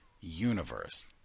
universe